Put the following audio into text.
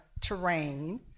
terrain